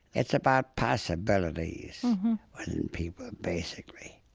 it's about possibilities within people, basically.